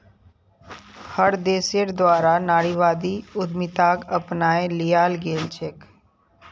हर देशेर द्वारा नारीवादी उद्यमिताक अपनाए लियाल गेलछेक